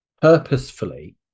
purposefully –